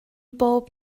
bob